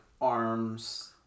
arms